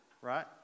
Right